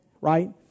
right